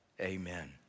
Amen